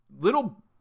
little